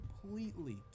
...completely